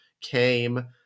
came